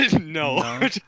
No